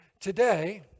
today